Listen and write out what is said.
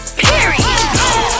period